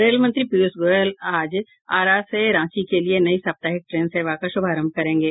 rail मंत्री पीयूष गोयल आज आरा से रांची के लिये नई साप्ताहिक ट्रेन सेवा का शुभारंभ करेंगे